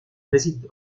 réside